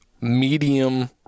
medium